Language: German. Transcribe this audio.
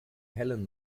helen